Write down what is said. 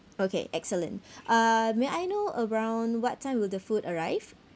okay excellent uh may I know around what time will the food arrive